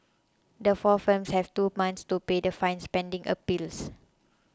the four firms have two months to pay the fines pending appeals